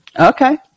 Okay